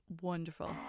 Wonderful